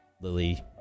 Lily